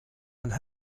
and